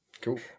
Cool